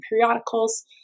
periodicals